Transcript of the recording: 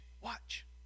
watch